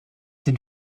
den